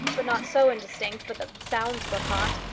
but not so indistinct but that the sounds were caught,